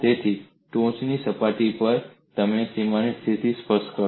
તેથી ટોચની સપાટી પર તમે સીમાની સ્થિતિ સ્પષ્ટ કરો